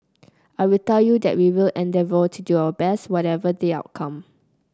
I will tell you that we will endeavour to do our best whatever the outcome